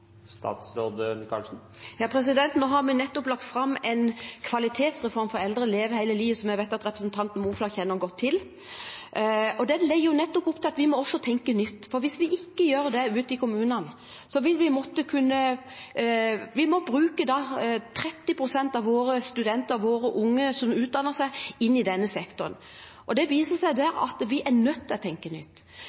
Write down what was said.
har nettopp lagt fram en kvalitetsreform for eldre, «Leve hele livet», som jeg vet at representanten Moflag kjenner godt til, og den legger jo nettopp opp til at vi må tenke nytt. For hvis vi ikke gjør det ute i kommunene, må vi bruke 30 pst. av våre studenter, våre unge som utdanner seg, inn i denne sektoren, og det viser seg at vi er nødt til å tenke nytt.